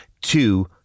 two